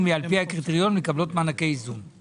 מתי מחזירים את הסכום הזה שקוצץ?